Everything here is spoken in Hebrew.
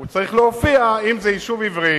הוא צריך להופיע: אם זה יישוב עברי,